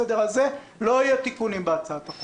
שאפשר לעשות באמצעות האמצעים הללו,